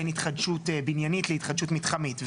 בין התחדשות בניינית להתחדשות מתחמית.